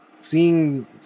seeing